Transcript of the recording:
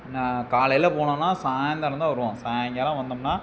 நா காலையில் போனோன்னால் சாய்ந்திரம் தான் வருவோம் சாயங்காலம் வந்தோம்னால்